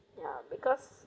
ya because